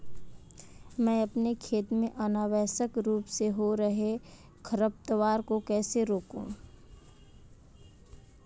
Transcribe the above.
मैं अपने खेत में अनावश्यक रूप से हो रहे खरपतवार को कैसे रोकूं?